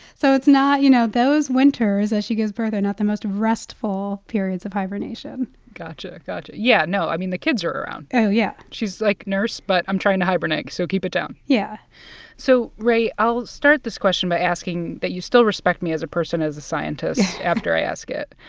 so it's not you know, those winters that she gives birth are not the most restful periods of hibernation gotcha. gotcha. yeah. no, i mean, the kids are around oh, yeah she's like nurse, but i'm trying to hibernate, so keep it down yeah so rae, i'll start this question by asking that you still respect me as a person, as a scientist, after i ask it.